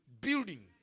building